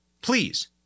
Please